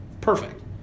Perfect